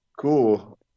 Cool